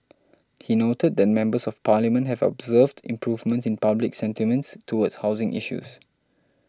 he noted that Members of Parliament have observed improvements in public sentiments towards housing issues